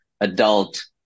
adult